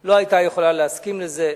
לא היתה יכולה להסכים לזה.